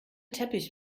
teppich